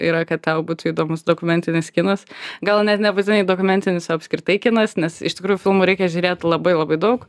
yra kad tau būtų įdomus dokumentinis kinas gal net nebūtinai dokumentinis o apskritai kinas nes iš tikrųjų filmų reikia žiūrėt labai labai daug